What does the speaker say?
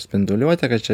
spinduliuotė kad čia